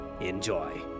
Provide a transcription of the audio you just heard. enjoy